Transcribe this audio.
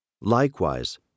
Likewise